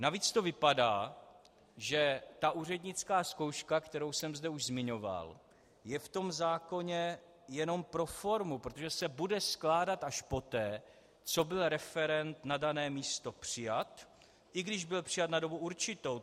Navíc to vypadá, že ta úřednická zkouška, kterou jsem zde už zmiňoval, je v tom zákoně jenom pro formu, protože se bude skládat až poté, co byl referent na dané místo přijat, i když byl přijat na dobu určitou.